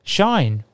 Shine